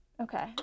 Okay